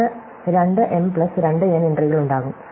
ഇതിന് 2 M plus 2 N എൻട്രികൾ ഉണ്ടാകും